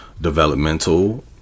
developmental